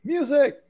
Music